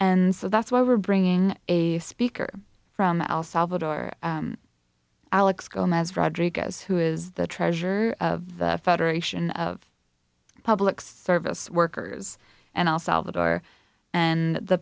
and so that's why we're bringing a speaker from el salvador alex gomez rodriguez who is the treasurer of the federation of public service workers and el salvador and the